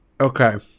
Okay